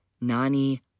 Nani